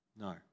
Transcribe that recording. No